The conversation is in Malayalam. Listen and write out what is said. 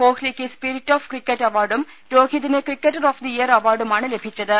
കോഹ് ലിക്ക് സ്പിരിറ്റ് ഓഫ് ക്രിക്കറ്റ് അവാർഡും രോഹിതിന് ക്രിക്കറ്റർ ഓഫ് ദി ഇയർ അവാർഡുമാണ് ലഭിച്ചത്